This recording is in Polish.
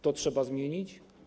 To trzeba zmienić.